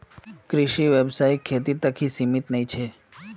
कृषि व्यवसाय खेती तक ही सीमित नी छे